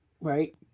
right